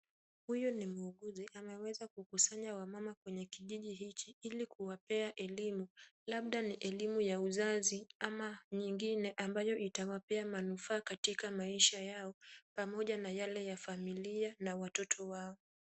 Huyu ni muuguzi ameweza kukusanya wamama kwenye kijiji hiki ili kuwapea elimu. Labda ni elimu ya uzazi ama nyingine ambayo itawapea manufaa katika maisha yao pamoja na yale ya familia na watoto wao.